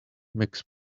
mix